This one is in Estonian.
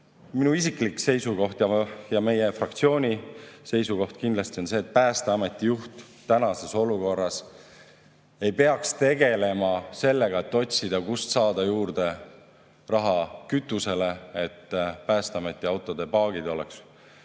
Minu isiklik seisukoht ja meie fraktsiooni seisukoht on kindlasti see, et Päästeameti juht tänases olukorras ei peaks tegelema sellega, et otsida, kust saada juurde raha kütuse jaoks, et Päästeameti autode paagid oleks